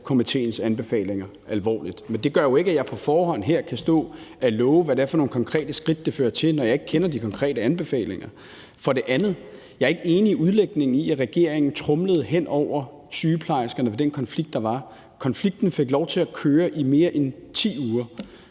komitéens anbefalinger alvorligt. Men det gør jo ikke, at jeg på forhånd her kan stå og love, hvad det er for nogle konkrete skridt, det fører til, når jeg ikke kender de konkrete anbefalinger. For det andet er jeg ikke enig i den udlægning, at regeringen tromlede hen over sygeplejerskerne i den konflikt, der var. Konflikten fik lov til at køre i mere end 10 uger.